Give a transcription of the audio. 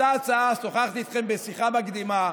עלתה כאן הצעה, ושוחחתי איתכם בשיחה מקדימה: